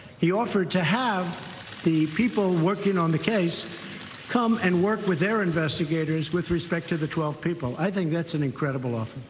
he offered to have the people working on the case come and work with their investigators with respect to the twelve people. i think that's an incredible offer.